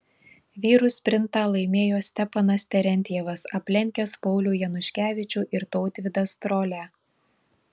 vyrų sprintą laimėjo stepanas terentjevas aplenkęs paulių januškevičių ir tautvydą strolią